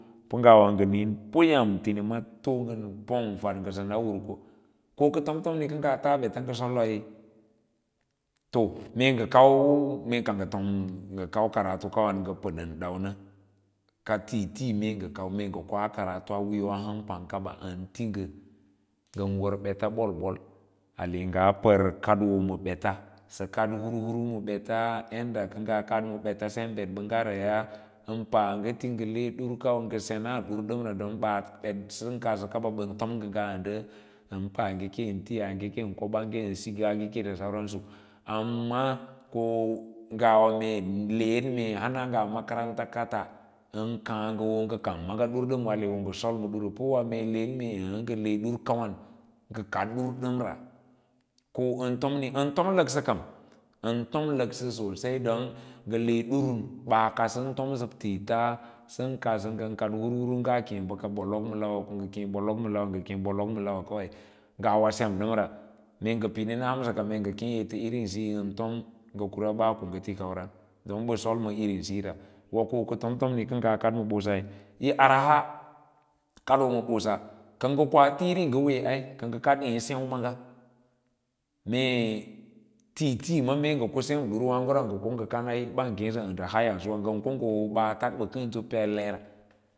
Pa ngawa nga niin puyam tirima too ngan fad nga s ana wuko ko ka tom tom ne ka nga taa bets nga soloi yo mee nga padon dau na ka tii mee nga kau nga koa kavatu a wiiyo kwargkawa baa nga ti mee nga kadoo ma bets kad hur hur ma bets yadda ka ngaa ka mabets sem betbanggaraya durkan ngo senaa dur dam don baa bet san kadsa kaba ban tom nga nga anda an paagekeu tiaage ken kobaage ke sikaage aam ko mas hen mee hana ngaa makaranta ngan kaan nga kang ma duru da nga sol ma baata par wa kuiya ngale dur kawan nga kad dur damra wai tomi an tom laks kam an tom laksa sosai nga le dur baa kasan kansa thts san kadsa ngan kad hur hur ngaa kee baka bolok ng akee bolok ma lawa ngawa sem damra mee nga pidin a hansak mee nga keei irin isi siyi tom nga kura baa ko nga ti kawran don ba sol ma irimsiya ra wa ka tom tom ni ka ngaa kad ma bosa iyi araha kadoo ma bisa nga koa tiimi nga wae ka nga kad esev maaga mee tiitii ma nga ko sem durwaago ran ga nga kana hit ban keea mee aya suwa ko nga hoo baats sa peler